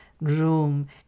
room